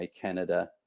Canada